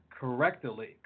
correctly